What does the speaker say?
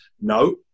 no